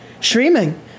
Streaming